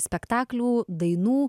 spektaklių dainų